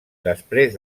després